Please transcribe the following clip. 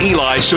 Eli